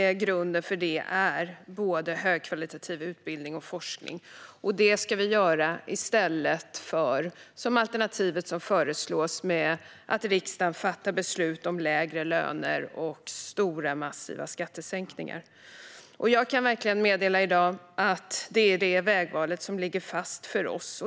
Grunden för det är högkvalitativ utbildning och forskning. Det ska vi göra i stället för att riksdagen fattar beslut om lägre löner och massiva skattesänkningar, vilket är det alternativ som föreslås. Jag kan i dag meddela att det verkligen är det vägvalet som ligger fast för oss.